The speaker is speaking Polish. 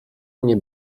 mnie